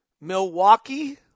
Milwaukee